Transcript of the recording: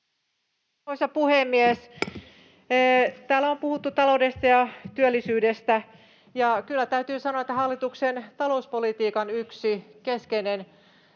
Arvoisa puhemies! Täällä on puhuttu taloudesta ja työllisyydestä, ja kyllä täytyy sanoa, että hallituksen talouspolitiikan yksi keskeinen